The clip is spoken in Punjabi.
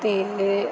ਅਤੇ